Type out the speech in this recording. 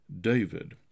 david